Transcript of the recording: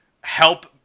help